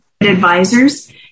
advisors